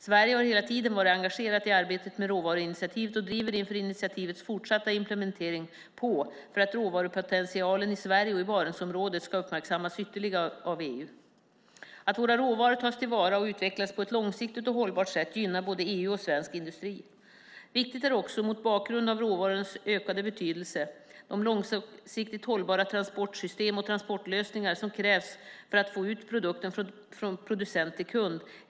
Sverige har hela tiden varit engagerat i arbetet med råvaruinitiativet och driver inför initiativets fortsatta implementering på för att råvarupotentialen i Sverige och i Barentsområdet ska uppmärksammas ytterligare av EU. Att våra råvaror tas till vara och utvecklas på ett långsiktigt och hållbart sätt gynnar både EU och svensk industri. Viktigt är också, mot bakgrund av råvarornas ökande betydelse, de långsiktigt hållbara transportsystem och transportlösningar som krävs för att få ut produkten från producent till kund.